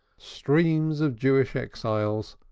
streams of jewish exiles,